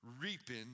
reaping